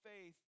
faith